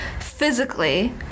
physically